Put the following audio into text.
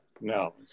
No